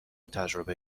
تجربه